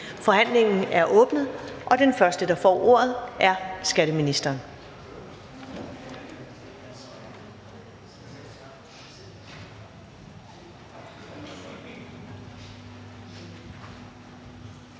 Forhandlingen er åbnet. Den første, der får ordet, er skatteministeren.